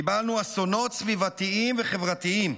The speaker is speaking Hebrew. קיבלנו אסונות סביבתיים וחברתיים.